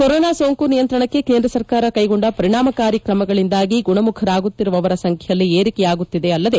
corona ಸೋಂಕು ನಿಯಂತ್ರಣಕ್ಕೆ ಕೇಂದ್ರ ಸರ್ಕಾರದ ಕ್ಲೆಗೊಂಡ ಪರಿಣಾಮಕಾರಿ ಕ್ರಮಗಳಿಂದಾಗಿ ಗುಣಮುಖರಾಗುತ್ತಿರುವವರ ಸಂಚ್ಚೆಯಲ್ಲಿ ಏರಿಕೆಯಗುತ್ತಿದೆ ಅಲ್ಲದೆ